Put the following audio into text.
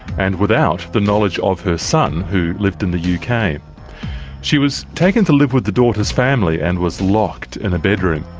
and without the knowledge of her son who lived in the yeah uk. she was taken to live with the daughters' family and was locked in a bedroom.